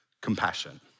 compassion